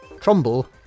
Trumbull